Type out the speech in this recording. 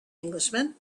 englishman